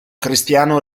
cristiano